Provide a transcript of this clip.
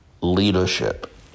leadership